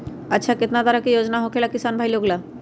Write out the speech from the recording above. अच्छा कितना तरह के योजना होखेला किसान भाई लोग ला?